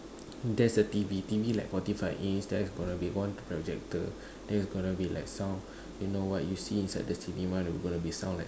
there's a T_V T_V like forty five inch there's going to be one projector then there's going to be like sound you know what you see inside the cinema there's going to be sound like